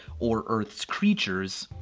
or earth's creatures,